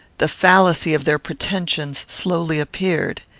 the fallacy of their pretensions slowly appeared.